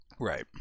Right